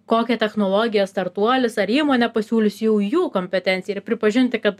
kokią technologiją startuolis ar įmonė pasiūlys jau jų kompetencija ir pripažinti kad